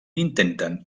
intenten